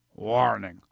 Warning